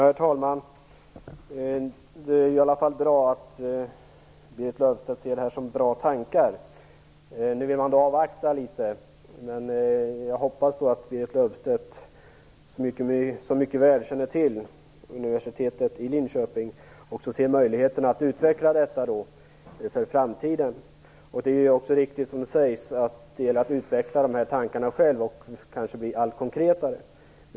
Herr talman! Det är i alla fall bra att Berit Löfstedt ser detta som goda tankar. Man vill nu avvakta litet, men jag hoppas att Berit Löfstedt - som mycket väl känner till universitet i Linköping - kan se möjligheter att utveckla detta i framtiden. Som det sägs är det också viktigt att man själv utvecklar dessa tankar och kanske blir mer konkret.